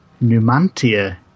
Numantia